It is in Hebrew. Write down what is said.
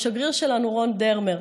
לשגריר שלנו רון דרמר,